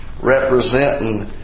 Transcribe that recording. representing